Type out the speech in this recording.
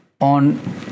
on